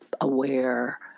aware